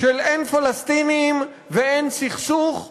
של אין פלסטינים ואין סכסוך,